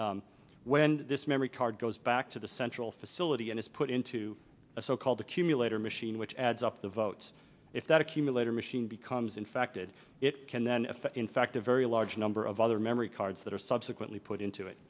that when this memory card goes back to the central facility and is put into a so called accumulator machine which adds up the votes if that accumulator machine becomes infected it can then in fact a very large number of other memory cards that are subsequently put into it